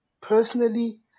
Personally